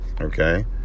Okay